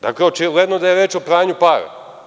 Dakle, očigledno je da je reč o pranju para.